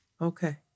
Okay